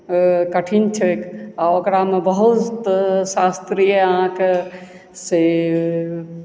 कठिन छैक आओर ओकरामे बहुत शास्त्रीय अहाँके से